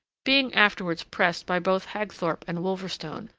being afterwards pressed by both hagthorpe and wolverstone,